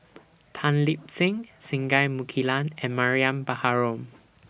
Tan Lip Seng Singai Mukilan and Mariam Baharom